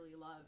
love